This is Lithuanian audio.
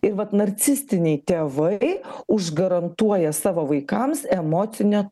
ir vat narcistiniai tėvai užgarantuoja savo vaikams emocinę